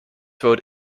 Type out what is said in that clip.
vote